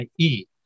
ie